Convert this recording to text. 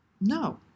No